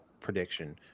Prediction